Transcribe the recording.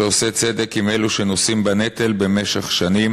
שעושה צדק עם אלו שנושאים בנטל במשך שנים.